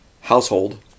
household